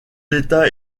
l’état